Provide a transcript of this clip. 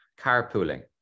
carpooling